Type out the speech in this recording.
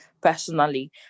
personally